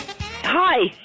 Hi